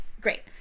Great